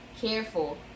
careful